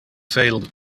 failed